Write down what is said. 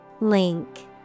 Link